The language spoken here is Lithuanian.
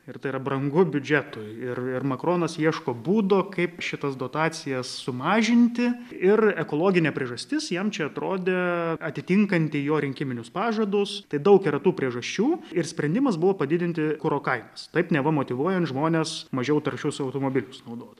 ir tai yra brangu biudžetui ir ir makronas ieško būdo kaip šitas dotacijas sumažinti ir ekologinė priežastis jam čia atrodė atitinkanti jo rinkiminius pažadus tai daug yra tų priežasčių ir sprendimas buvo padidinti kuro kainas taip neva motyvuojant žmones mažiau taršius automobilius naudot